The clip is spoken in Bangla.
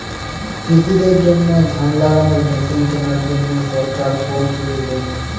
কৃষি দের জন্য ধান লাগানোর মেশিন কেনার জন্য সরকার কোন সুযোগ দেবে?